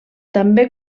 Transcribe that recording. també